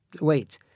wait